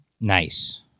Nice